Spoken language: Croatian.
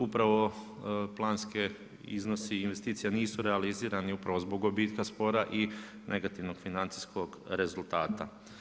Upravo planski iznosi i investicije nisu realizirani upravo zbog gubitka spora i negativnog financijskog rezultata.